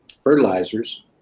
fertilizers